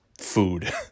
food